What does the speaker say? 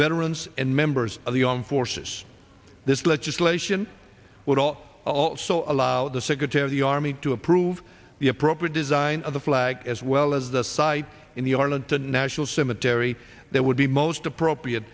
veterans and members of the armed forces this legislation would also allow the secretary of the army to approve the appropriate design of the flag as well as the site in the arlington national cemetery there would be most appropriate